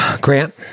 Grant